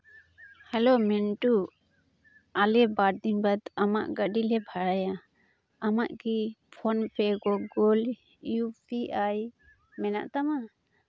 hello Mintu ᱟᱞᱮ ᱵᱟᱨᱫᱤᱱ ᱵᱟᱫᱽ ᱟᱢᱟᱜ ᱜᱟᱹᱰᱤᱞᱮ ᱵᱷᱟᱲᱟᱭᱟ ᱟᱢᱟᱜ ᱠᱤ PhonePe Google U P I ᱢᱮᱱᱟᱜ ᱛᱟᱢᱟ